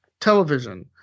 television